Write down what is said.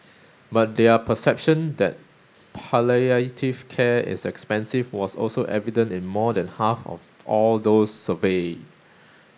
but their perception that palliative care is expensive was also evident in more than half of all those surveyed